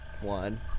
one